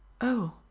Oh